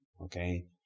Okay